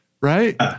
right